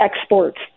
exports